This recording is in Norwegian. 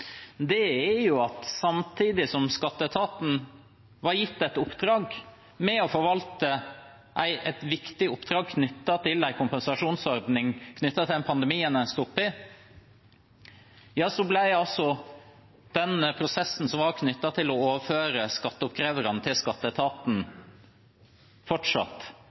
er at samtidig som at skatteetaten var gitt et oppdrag med å forvalte et viktig oppdrag knyttet til en kompensasjonsordning knyttet til den pandemien vi står i, ble den prosessen som var knyttet til å overføre skatteoppkreverne til skatteetaten, fortsatt.